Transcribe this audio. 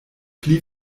pli